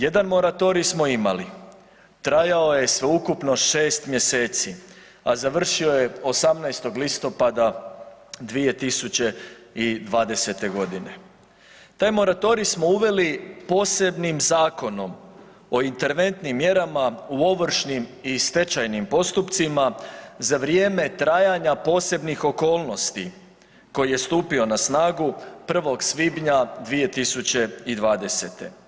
Jedan moratorij smo imali trajao je sveukupno šest mjeseci, a završio je 18.listopada 2020.g. Taj moratorij smo uveli posebnim Zakonom o interventnim mjerama u ovršnim i stečajnim postupcima za vrijeme trajanja posebnih okolnosti koji je stupio na snagu 1.svibnja 2020.